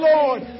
Lord